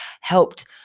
helped